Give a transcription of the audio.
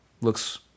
Looks